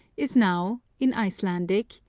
is now, in icelandic,